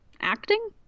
acting